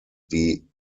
die